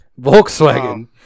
Volkswagen